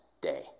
day